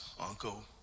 uncle